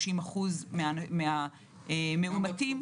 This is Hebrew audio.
30% מהמאומתים.